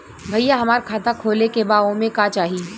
भईया हमार खाता खोले के बा ओमे का चाही?